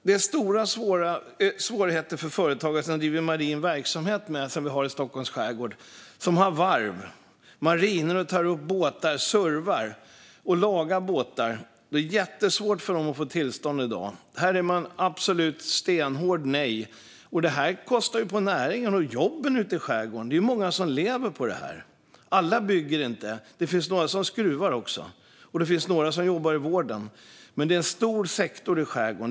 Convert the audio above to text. Det är stora svårigheter för företagare som bedriver marin verksamhet i Stockholms skärgård. De som har varv och marinor, tar upp båtar och servar och lagar dem har jättesvårt att få tillstånd i dag. Här är det absolut stenhårt nej, och det kostar ju på näringen och jobben ute i skärgården. Det är många som lever på det här. Alla bygger inte. Det finns några som skruvar också, och det finns några som jobbar i vården. Men det är en stor sektor i skärgården.